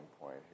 point